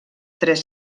tres